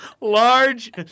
large